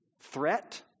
threat